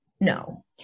No